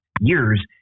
years